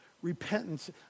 Repentance